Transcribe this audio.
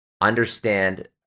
understand